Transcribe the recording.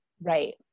Right